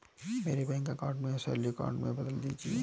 मेरे bank account को salary account में बदल दीजिए